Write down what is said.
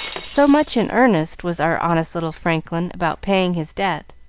so much in earnest was our honest little franklin about paying his debt.